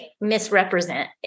misrepresent